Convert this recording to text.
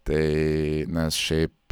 tai mes šiaip